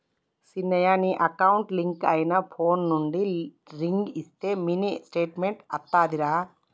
సిన్నయ నీ account link అయిన ఫోన్ నుండి రింగ్ ఇస్తే మినీ స్టేట్మెంట్ అత్తాదిరా